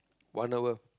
one hour